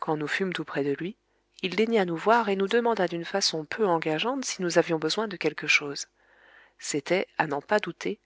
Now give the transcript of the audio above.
quand nous fûmes tout près de lui il daigna nous voir et nous demanda d'une façon peu engageante si nous avions besoin de quelque chose c'était à n'en pas douter